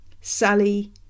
Sally